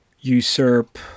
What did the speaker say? usurp